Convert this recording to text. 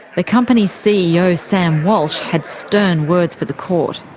the company's ceo, sam walsh, had stern words for the court.